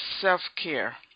self-care